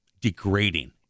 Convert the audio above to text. degrading